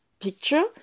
picture